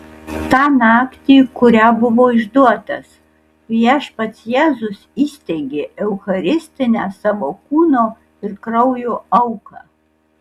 tą naktį kurią buvo išduotas viešpats jėzus įsteigė eucharistinę savo kūno ir kraujo auką